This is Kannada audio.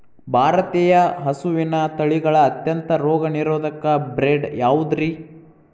ಭಾರತೇಯ ಹಸುವಿನ ತಳಿಗಳ ಅತ್ಯಂತ ರೋಗನಿರೋಧಕ ಬ್ರೇಡ್ ಯಾವುದ್ರಿ?